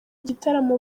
gitaramo